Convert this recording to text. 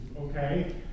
okay